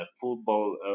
football